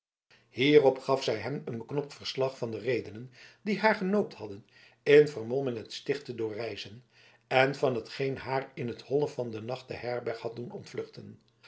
hierop gaf zij hem een beknopt verslag van de redenen die haar genoopt hadden in vermomming het sticht te doorreizen en van hetgeen haar in t holle van den nacht de herberg had doen ontvluchten